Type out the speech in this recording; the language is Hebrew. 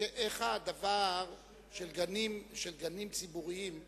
איך הדבר של גנים ציבוריים שייך,